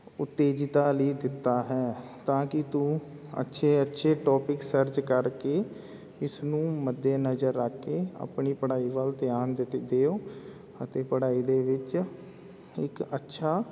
ਉਤੇਜਤਾ ਲਈ ਦਿੱਤਾ ਹੈ ਤਾਂ ਕਿ ਤੂੰ ਅੱਛੇ ਅੱਛੇ ਟੋਪਿਕ ਸਰਚ ਕਰਕੇ ਇਸਨੂੰ ਮੱਦੇ ਨਜ਼ਰ ਰੱਖ ਕੇ ਆਪਣੀ ਪੜ੍ਹਾਈ ਵੱਲ ਧਿਆਨ ਦੇਤ ਦਿਓ ਅਤੇ ਪੜ੍ਹਾਈ ਦੇ ਵਿੱਚ ਇੱਕ ਅੱਛਾ